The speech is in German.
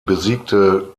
besiegte